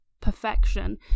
perfection